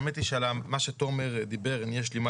האמת היא שעל מה שתומר דיבר יש לי מה